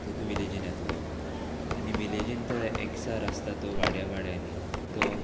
तो तूं विलेजीन येतलो आनी विलेजीन तो एकसार आसता तो वाड्या वाड्यांनी तो